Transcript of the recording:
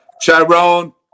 Chiron